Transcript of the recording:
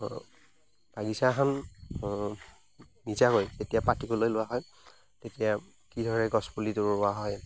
বাগিচা এখন নিজাকৈ যেতিয়া পাতিবলৈ লোৱা হয় তেতিয়া কি হয় গছপুলিটো ৰুৱা হয়